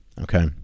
okay